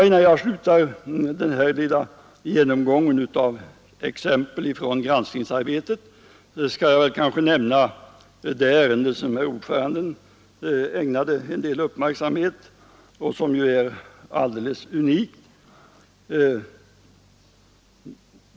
Innan jag slutar den här lilla genomgången av exempel från granskningsarbetet skall jag kanske nämna det ärende som herr ordföranden ägnade en del uppmärksamhet och som är alldeles unikt.